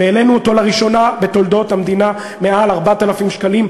והעלינו אותו לראשונה בתולדות המדינה מעל 4,000 שקלים,